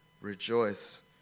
rejoice